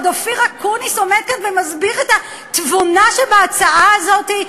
ועוד אופיר אקוניס עומד כאן ומסביר את התבונה שבהצעה הזאת.